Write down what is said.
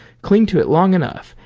cling to it long enough,